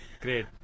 Great